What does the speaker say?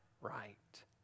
right